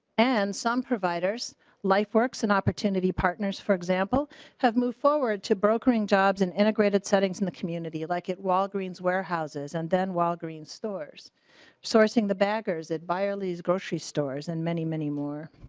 and some providers life works an opportunity partners for example have moved forward to brokering jobs and integrated settings in the community like it walgreens warehouses and then walgreens stores sourcing the backers it buy or lease grocery stores and many many more.